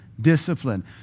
Discipline